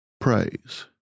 praise